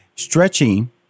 Stretching